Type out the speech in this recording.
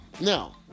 Now